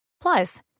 Plus